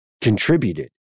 contributed